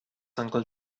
uncle